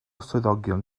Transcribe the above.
swyddogion